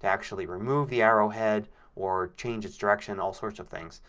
to actually remove the arrowhead or change its direction. all sorts of things